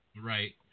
right